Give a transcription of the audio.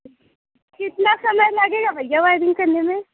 कितना समय लगेगा भैया वाइरिंग करने में